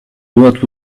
woot